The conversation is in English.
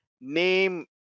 name